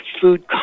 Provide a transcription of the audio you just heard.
food